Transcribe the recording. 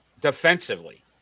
defensively